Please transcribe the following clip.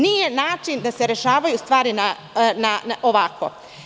Nije način da se rešavaju stvari ovako.